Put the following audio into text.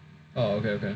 oh okay okay